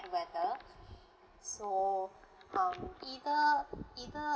weather so um either either